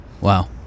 wow